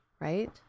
right